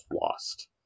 lost